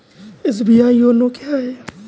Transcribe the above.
SBI YONO क्या है?